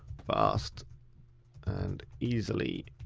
fast and easily.